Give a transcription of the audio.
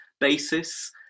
basis